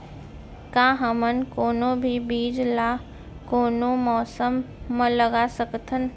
का हमन कोनो भी बीज ला कोनो मौसम म लगा सकथन?